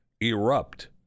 erupt